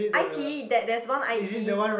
i_t_e there there's one i_t_e